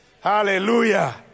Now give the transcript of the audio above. Hallelujah